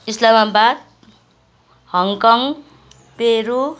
Islamabad Hong Kong Peru